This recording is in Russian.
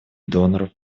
доноров